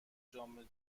جام